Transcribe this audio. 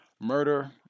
murder